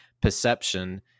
perception